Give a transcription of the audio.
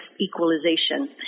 equalization